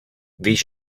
víš